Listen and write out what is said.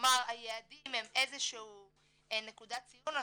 כלומר היעדים הם איזה שהוא נקודת ציון,